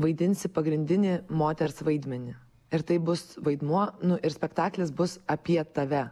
vaidinsi pagrindinį moters vaidmenį ir tai bus vaidmuo nu ir spektaklis bus apie tave